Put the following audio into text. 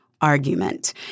argument